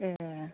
ए